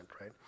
right